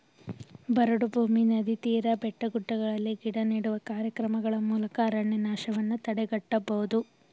ಬರಡು ಭೂಮಿ, ನದಿ ತೀರ, ಬೆಟ್ಟಗುಡ್ಡಗಳಲ್ಲಿ ಗಿಡ ನೆಡುವ ಕಾರ್ಯಕ್ರಮಗಳ ಮೂಲಕ ಅರಣ್ಯನಾಶವನ್ನು ತಡೆಗಟ್ಟಬೋದು